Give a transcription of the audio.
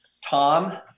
Tom